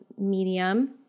Medium